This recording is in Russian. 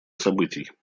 событий